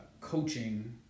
coaching